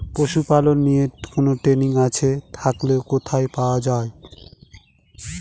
পশুপালন নিয়ে কোন ট্রেনিং আছে থাকলে কোথায় পাওয়া য়ায়?